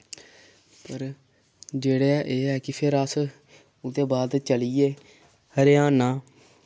पर जेह्ड़ा एह् ऐ कि फिर अस उ'दे बाद चली गे हरियाणा